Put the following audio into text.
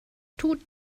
tut